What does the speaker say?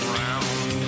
round